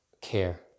care